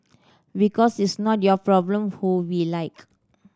because it's not your problem who we like